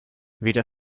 weder